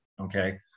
okay